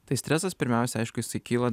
tai stresas pirmiausia aiškia jisai kyla